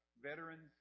Veterans